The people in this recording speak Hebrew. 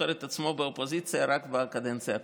זוכר את עצמו באופוזיציה רק בקדנציה הקודמת.